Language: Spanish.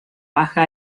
baja